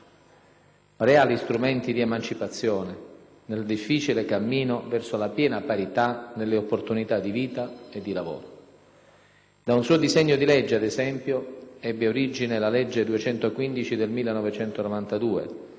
reali strumenti di emancipazione nel difficile cammino verso la piena parità nelle opportunità di vita e di lavoro. Da un suo disegno di legge, ad esempio, ebbe origine la legge n. 215 del 1992,